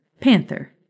Panther